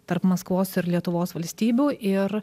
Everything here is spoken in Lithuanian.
tarp maskvos ir lietuvos valstybių ir